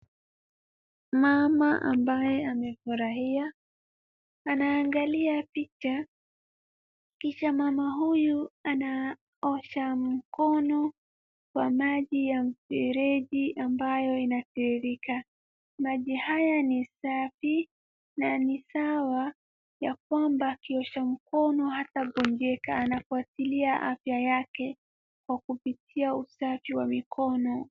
Mama ambaye amefurahia anaangalia picha. Kisha mama huyu anaosha mkono kwa maji ya mfereji ambayo inatiririka. Maji haya ni safi na ni sawa ya kwamba akiosha mkono hata gonjeka. Anafuatilia afya yake kwa kupitia usafi wa mikono.